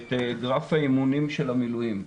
את גרף האימונים של המילואים.